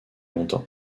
longtemps